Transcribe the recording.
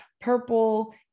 purple